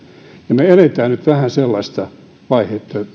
me me elämme nyt vähän sellaista vaihetta